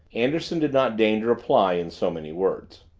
anderson did not deign to reply, in so many words.